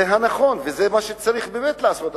זה הנכון וזה מה שצריך באמת לעשות.